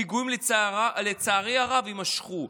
הפיגועים, לצערי הרב, יימשכו.